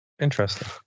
Interesting